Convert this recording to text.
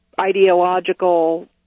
ideological